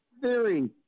Theory